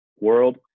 world